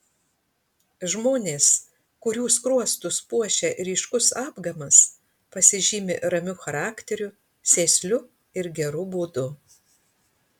žmonės kurių skruostus puošia ryškus apgamas pasižymi ramiu charakteriu sėsliu ir geru būdu